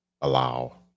allow